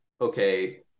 okay